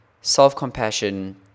self-compassion